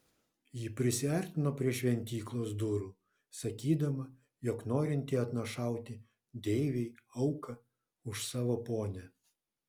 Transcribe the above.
ji prisiartino prie šventyklos durų sakydama jog norinti atnašauti deivei auką už savo ponią